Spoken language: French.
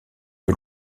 que